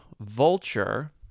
Vulture